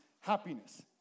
happiness